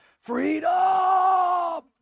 FREEDOM